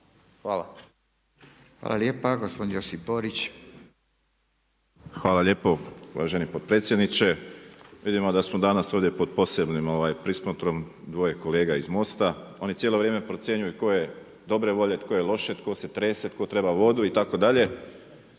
Borić. **Borić, Josip (HDZ)** Hvala lijepo uvaženi potpredsjedniče. Vidimo da smo danas ovdje pod posebnim prismotrom dvoje kolega iz MOST-a. Oni cijelo vrijeme procjenjuju tko je dobre volje, tko je loše, tko se trese, tko treba vodu itd.